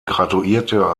graduierte